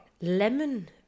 lemon